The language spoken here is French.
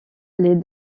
les